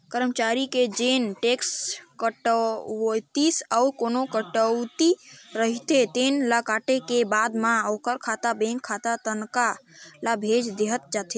करमचारी के जेन टेक्स कटउतीए अउ कोना कटउती रहिथे तेन ल काटे के बाद म ओखर खाता बेंक खाता तनखा ल भेज देहल जाथे